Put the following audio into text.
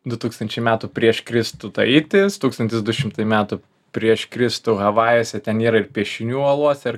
du tūkstančiai metų prieš kristų taitis tūkstantis du šimtai metų prieš kristų havajuose ten yra ir piešinių uoluose ir